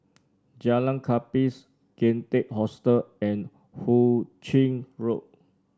Jalan Gapis Kian Teck Hostel and Hu Ching Road